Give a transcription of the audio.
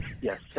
yes